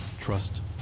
trust